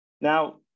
now